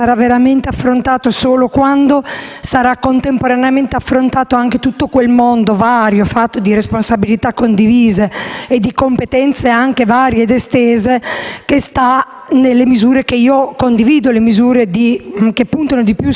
sarà contemporaneamente affrontato anche tutto quel mondo variegato, fatto di responsabilità condivise e di competenze varie ed estese, contenuto nelle misure - che io condivido - che puntano di più sulla riabilitazione e sull'integrazione.